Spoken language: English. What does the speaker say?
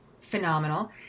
phenomenal